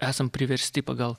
esam priversti pagal